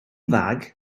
fag